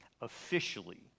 officially